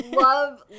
Love